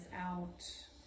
out